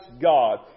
God